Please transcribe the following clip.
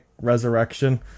Resurrection